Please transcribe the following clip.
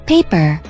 paper